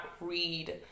read